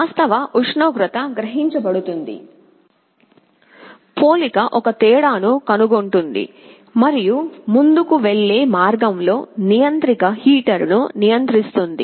వాస్తవ ఉష్ణోగ్రత గ్రహించబడుతుంది పోలిక ఒక తేడాను కనుగొంటుంది మరియు ముందుకు వెళ్లే మార్గంలో నియంత్రిక హీటర్ను నియంత్రిస్తుంది